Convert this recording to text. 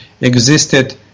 existed